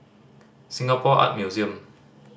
Singapore Art Museum